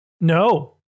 No